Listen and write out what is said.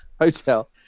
hotel